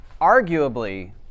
arguably